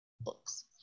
books